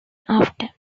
after